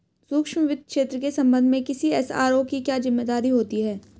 सूक्ष्म वित्त क्षेत्र के संबंध में किसी एस.आर.ओ की क्या जिम्मेदारी होती है?